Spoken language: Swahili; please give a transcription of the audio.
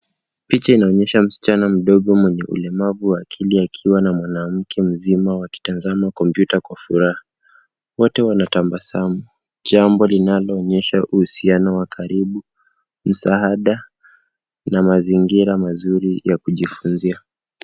Picha inaonyesha msichana mdogo mwenye ulemavu wa akili akiwa na mwanamke mzima wakitazama komputa kwa furaha. Wote wanatabasamu jambo linaloonyesha uhusiano wa karibu, msaada na mazingira mazuri ya kujifunzia.